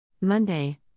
Monday